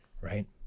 right